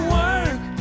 work